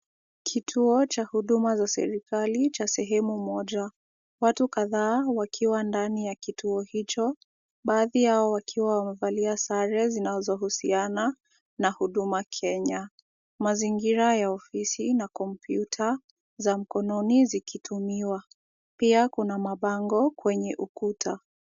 Kituo cha huduma za serikali cha sehemu moja. Watu kadhaa wakiwa ndani ya kituo hicho, baadhi yao wakiwa wamevalia sare zinazohusiana na huduma Kenya. Mazingira ya ofisi na kompyuta za mkononi zikitumiwa. Pia kuna mabango kwenye ukuta.